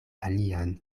alian